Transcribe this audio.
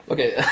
Okay